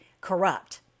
corrupt